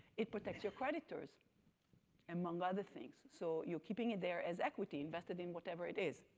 it protects your creditors among other things. so you're keeping it there as equity invested in whatever it is,